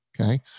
Okay